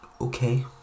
okay